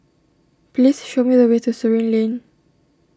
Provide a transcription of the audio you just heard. please show me the way to Surin Lane